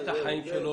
יום.